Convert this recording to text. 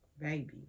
baby